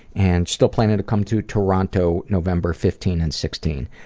and still planning to come to toronto november fifteen and sixteen.